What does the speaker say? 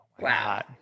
Wow